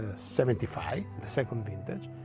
ah seventy five second vintage,